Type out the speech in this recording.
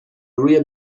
روی